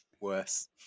worse